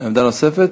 חבר הכנסת